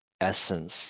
essence